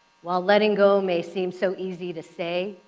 while letting go may seem so easy to say,